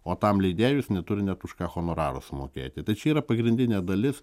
o tam leidėjui jis neturi net už ką honoraro sumokėti tai čia yra pagrindinė dalis